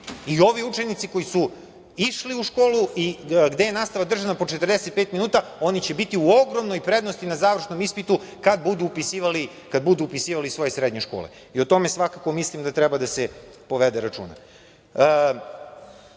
ovi učenici koji su išli u školu gde je nastava držana po 45 minuta, oni će biti u ogromnoj prednosti na završnom ispitu kad budu upisivali svoje srednje škole. O tome svakako mislim da treba da se povede